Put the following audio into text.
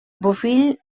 bofill